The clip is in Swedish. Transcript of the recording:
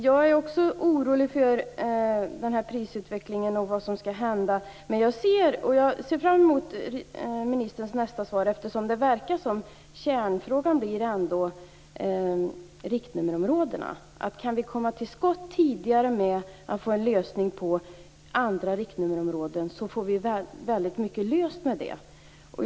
Jag är också orolig för prisutvecklingen och vad som skall hända, och jag ser fram emot ministerns nästa inlägg, eftersom det verkar som om kärnfrågan ändå blir riktnummerområdena. Om vi kan komma till skott och få en tidigare lösning av problemen med andra riktnummerområden, så innebär det en lösning av många andra problem.